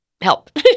Help